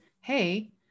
hey